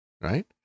right